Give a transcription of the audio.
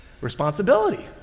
Responsibility